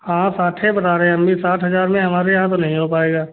हाँ साठे बता रहे हैं हम भी साठ हजार में हमारे यहाँ तो नहीं हो पाएगा